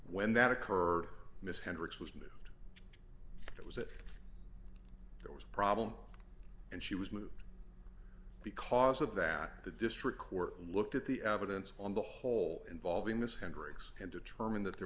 when that occurred ms hendricks was moved it was that there was a problem and she was moved because of that the district court looked at the evidence on the whole involving this hendricks and determined that there